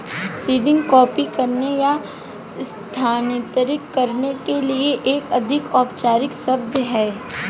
seeding copy करने या स्थानांतरित करने के लिए एक अधिक औपचारिक शब्द है